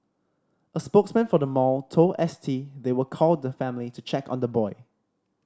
a spokesman for the mall told S T they will call the family to check on the boy